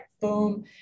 boom